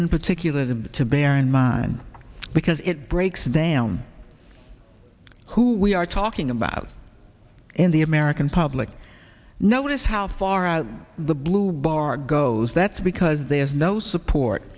in particular the to bear in mind because it breaks down who we are talking about in the american public notice how far out the blue bar goes that's because there's no support